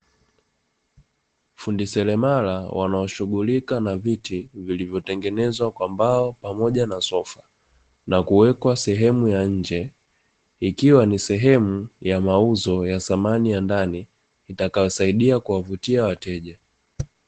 Fundi seremala wanaoshughulika na viti, vilivyotengenezwa kwa mbao pamoja na sofa, na kuwekwa sehemu ya nje, ikiwa ni sehemu ya mauzo ya samani ya ndani, itakayosaidia kuwavutia wateja.